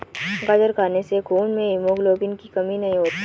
गाजर खाने से खून में हीमोग्लोबिन की कमी नहीं होती